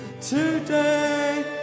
today